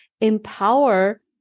empower